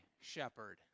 shepherd